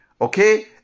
Okay